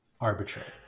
arbitrary